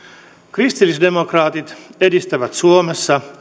kristillisdemokraatit edistävät suomessa